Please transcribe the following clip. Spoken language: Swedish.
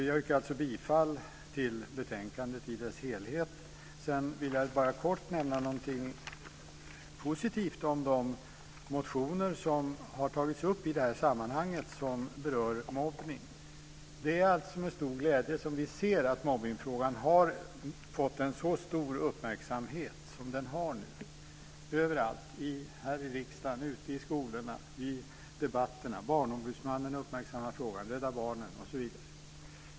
Jag yrkar bifall till utskottets förslag i dess helhet. Jag vill bara kort nämna någonting positivt om de motioner som har tagits upp i det här sammanhanget som berör mobbning. Det är med stor glädje som vi ser att mobbningsfrågan har fått en så stor uppmärksamhet som den nu har överallt - här i riksdagen, ute i skolorna och i debatten. Barnombudsmannen uppmärksammar frågan, liksom Rädda Barnen osv.